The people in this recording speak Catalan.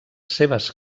seves